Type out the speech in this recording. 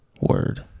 word